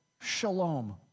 shalom